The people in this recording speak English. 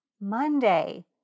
Monday